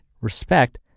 respect